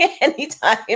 anytime